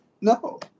No